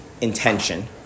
intention